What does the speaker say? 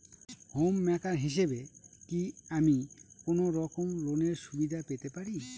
Home maker হিসেবে কি আমি কোনো রকম লোনের সুবিধা পেতে পারি?